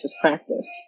practice